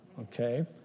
okay